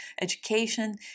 education